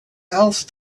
else